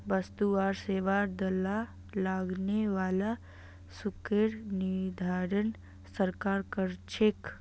वस्तु आर सेवार बदला लगने वाला शुल्केर निर्धारण सरकार कर छेक